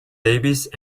davis